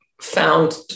found